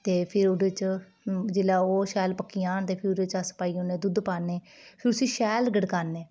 ते फिर ओह्दे च जेल्लै ओह् शैल पक्की जान ते फ्ही ओह्दे च अस पाई ओड़ने दुद्ध पान्ने फ्ही उसी शैल गढ़कान्नें